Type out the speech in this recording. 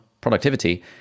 productivity